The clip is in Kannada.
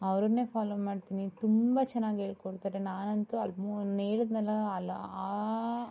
ಅವರನ್ನೇ ಫಾಲೋ ಮಾಡ್ತೀನಿ ತುಂಬ ಚನಾಗಿ ಹೇಳ್ಕೊಡ್ತಾರೆ ನಾನಂತು ಆಲ್ಮೊ ನಾನು ಹೇಳಿದ್ನಲ್ಲ ಆಲ್ ಆ